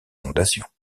inondations